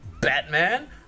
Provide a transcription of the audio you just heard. Batman